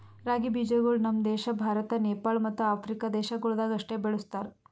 ರಾಗಿ ಬೀಜಗೊಳ್ ನಮ್ ದೇಶ ಭಾರತ, ನೇಪಾಳ ಮತ್ತ ಆಫ್ರಿಕಾ ದೇಶಗೊಳ್ದಾಗ್ ಅಷ್ಟೆ ಬೆಳುಸ್ತಾರ್